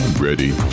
ready